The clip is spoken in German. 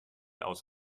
aus